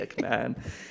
man